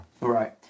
Right